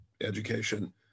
education